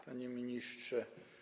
Panie Ministrze!